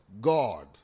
God